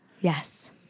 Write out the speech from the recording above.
Yes